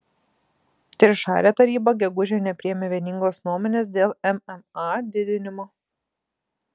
trišalė taryba gegužę nepriėmė vieningos nuomonės dėl mma didinimo